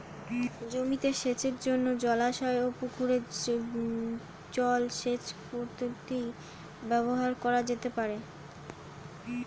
জমিতে সেচের জন্য জলাশয় ও পুকুরের জল সেচ পদ্ধতি ব্যবহার করা যেতে পারে?